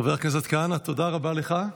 חבר הכנסת כהנא, תודה רבה לך.